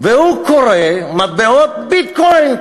והוא כורה מטבעות "ביטקוין".